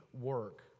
work